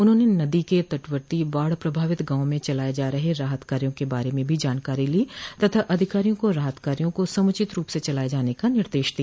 उन्होंने नदी के तटवर्ती बाढ़ प्रभावित गांवों में चलाये जा रहे राहत कार्यो के बारे में भी जानकारी ली तथा अधिकारियों को राहत कार्यो को समुचित रूप से चलाए जाने का निर्देश दिया